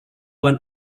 one